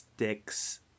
Sticks